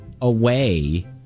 away